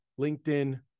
LinkedIn